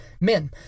men